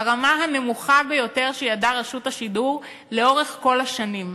ברמה הנמוכה ביותר שידעה רשות השידור לאורך כל השנים.